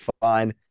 fine